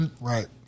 Right